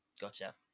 Gotcha